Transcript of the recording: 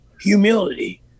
humility